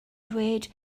dweud